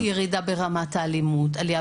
ירידה ברמת האלימות, עלייה